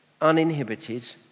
uninhibited